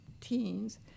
teens